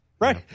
right